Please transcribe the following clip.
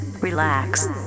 Relax